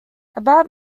about